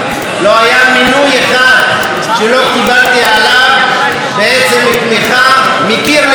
לא היה מינוי אחד שלא קיבלתי עליו בעצם תמיכה מקיר לקיר.